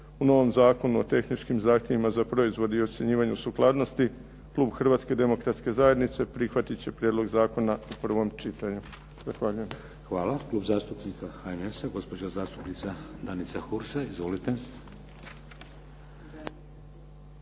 u novom Zakonu o tehničkim zahtjevima za proizvod i ocjenjivanje sukladnosti klub Hrvatske demokratske zajednice prihvatit će prijedlog zakona u prvom čitanju. Zahvaljujem. **Šeks, Vladimir (HDZ)** Hvala. Klub zastupnika HNS-a, gospođa zastupnica Danica Hursa. Izvolite.